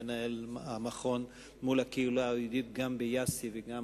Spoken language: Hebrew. מנהל המכון מול הקהילה היהודית גם ביאסי וגם